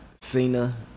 Cena